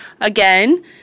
again